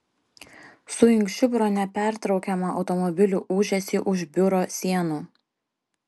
suinkščiu pro nepertraukiamą automobilių ūžesį už biuro sienų